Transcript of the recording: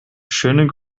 schönen